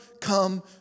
come